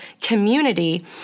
community